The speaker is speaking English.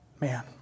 Man